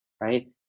right